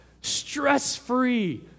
stress-free